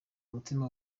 umutima